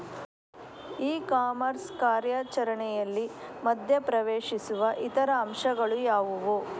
E commerce ಕಾರ್ಯಾಚರಣೆಯಲ್ಲಿ ಮಧ್ಯ ಪ್ರವೇಶಿಸುವ ಇತರ ಅಂಶಗಳು ಯಾವುವು?